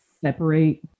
separate